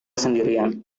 sendirian